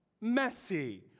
messy